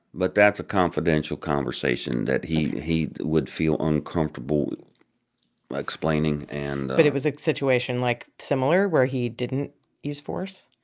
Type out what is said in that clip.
but that's a confidential conversation that he he would feel uncomfortable explaining. and. but it was a situation, like, similar where he didn't use force?